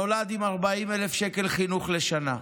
נולד עם 40,000 שקל חינוך לשנה,